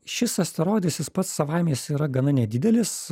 šis asteroidas jis pats savaime jis yra gana nedidelis